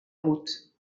route